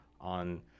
on